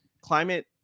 climate